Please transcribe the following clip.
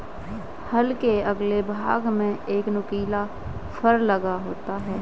हल के अगले भाग में एक नुकीला फर लगा होता है